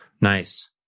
Nice